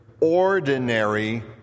ordinary